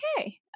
Okay